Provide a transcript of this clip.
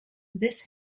this